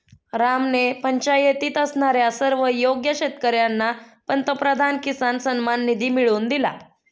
रामने पंचायतीत असणाऱ्या सर्व योग्य शेतकर्यांना पंतप्रधान किसान सन्मान निधी मिळवून दिला